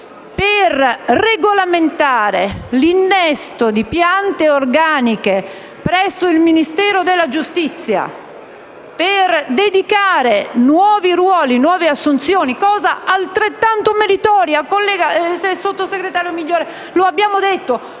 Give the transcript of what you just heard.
per regolamentare l'innesto di piante organiche presso il Ministero della giustizia da dedicare a nuove assunzioni, cosa altrettanto meritoria. Sottosegretario Migliore, come abbiamo detto,